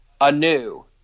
anew